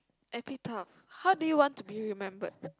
how do you want to be remembered